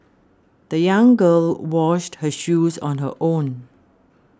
the young girl washed her shoes on her own